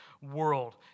world